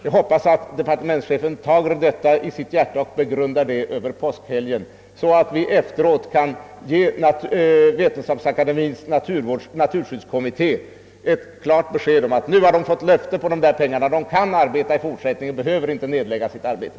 Jag hoppas att departementschefen tager detta till sitt hjärta och begrundar det över påskhelgen, så att vi efter helgen kan ge Vetenskapsakademiens naturskyddskommitté ett klart löfte om att pengar na skall anvisas och kommittén alltså inte behöver lägga ned sitt arbete.